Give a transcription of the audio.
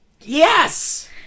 Yes